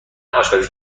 آشپزی